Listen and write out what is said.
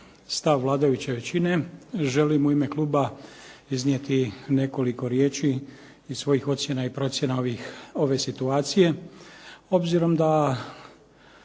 stav vladajuće većine želim u ime kluba iznijeti nekoliko riječi i svojih ocjena i procjena ove situacije.